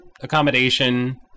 accommodation